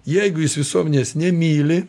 jeigu jis visuomenės nemyli